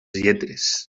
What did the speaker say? lletres